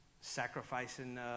sacrificing